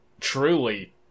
truly